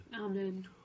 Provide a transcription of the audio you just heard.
Amen